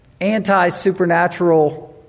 anti-supernatural